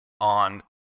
on